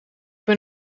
ben